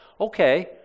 Okay